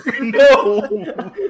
No